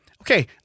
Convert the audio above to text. Okay